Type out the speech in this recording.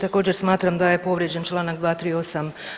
Također smatram da je povrijeđen Članak 238.